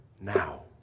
now